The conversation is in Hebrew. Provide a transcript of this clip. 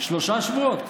שלושה שבועות?